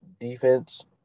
defense